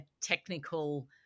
technical